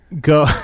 Go